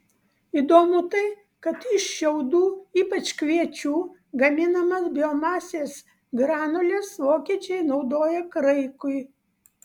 įdomu tai kad iš šiaudų ypač kviečių gaminamas biomasės granules vokiečiai naudoja kraikui